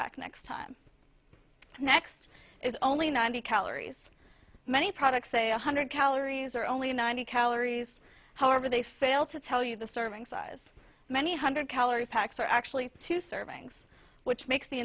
back next time next is only ninety calories many products say one hundred calories or only ninety calories however they fail to tell you the serving size many hundred calorie packs are actually two servings which makes the